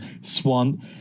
swan